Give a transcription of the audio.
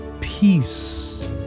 peace